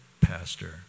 pastor